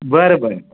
बरं बरं